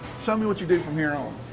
so me what you do from here on.